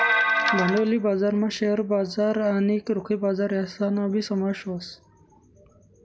भांडवली बजारमा शेअर बजार आणि रोखे बजार यासनाबी समावेश व्हस